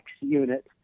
unit